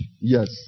yes